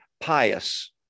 pious